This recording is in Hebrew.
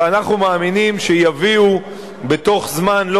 ואנחנו מאמינים שיביאו בתוך זמן לא